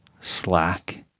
slack